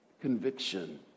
conviction